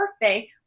birthday